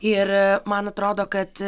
ir man atrodo kad